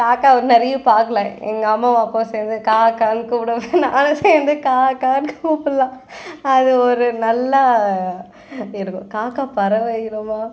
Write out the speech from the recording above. காக்கா வந்து நிறைய பார்க்கலாம் எங்கள் அம்மாவும் அப்பாவும் சேர்ந்து கா கான்னு கூப்பிடும்போது நானும் சேர்ந்து கா கான்னு கூப்பிட்லாம் அது ஒரு நல்லா இருக்கும் காக்கா பறவை இனமாக